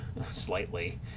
slightly